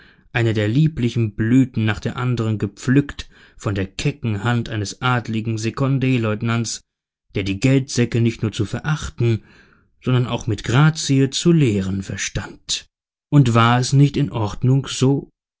eine der lieblichen blüten nach der anderen gepflückt von der kecken hand eines adeligen sekonde leutnants der die geldsäcke nicht nur zu verachten sondern auch mit grazie zu leeren verstand und war es nicht in ordnung so